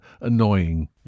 annoying